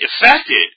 affected